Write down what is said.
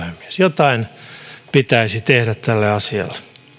jotain pitäisi tehdä tälle asialle